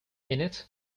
innit